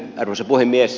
arvoisa puhemies